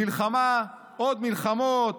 מלחמה, עוד מלחמות,